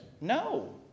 no